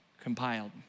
compiled